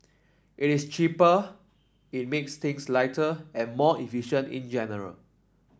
it is cheaper it makes things lighter and more efficient in general